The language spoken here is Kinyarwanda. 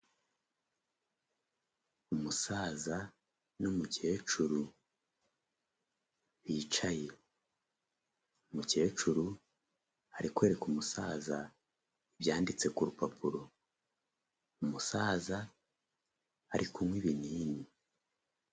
Umusaza n'umukecuru bicaye, umukecuru ari kwereka umusaza ibyanditse ku rupapuro umusaza arikunywa ibinini.